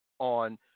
on